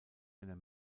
einer